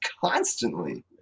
constantly